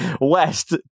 west